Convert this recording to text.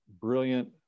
brilliant